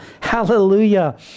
Hallelujah